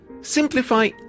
Simplify